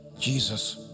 Jesus